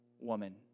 woman